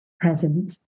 present